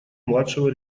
младшего